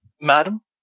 Madam